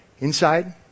Inside